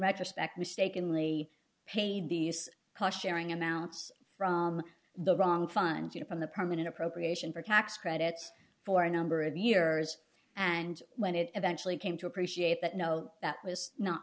retrospect mistakenly paid these questioning amounts from the wrong fund you know from the permanent appropriation for tax credits for a number of years and when it eventually came to appreciate that no that was not